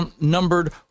numbered